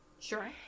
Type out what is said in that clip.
Sure